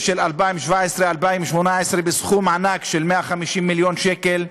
2017 2018 בסכום ענק של 150 מיליון שקל.